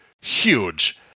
huge